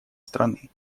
страны